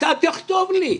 אתה תכתוב לי.